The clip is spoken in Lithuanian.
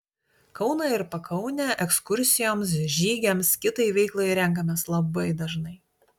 kauną ir pakaunę ekskursijoms žygiams kitai veiklai renkamės labai dažnai